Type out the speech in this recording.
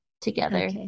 together